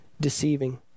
deceiving